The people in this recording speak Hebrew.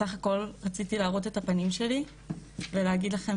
בסך הכול רציתי להראות את הפנים שלי ולהגיד לכם